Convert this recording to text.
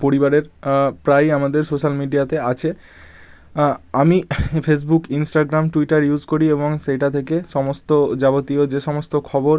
পরিবারের প্রায়ই আমাদের সোশাল মিডিয়াতে আছে আমি ফেসবুক ইনস্টাগ্রাম টুইটার ইউস করি এবং সেইটা থেকে সমস্ত যাবতীয় যে সমস্ত খবর